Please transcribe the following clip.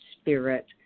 spirit